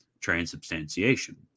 transubstantiation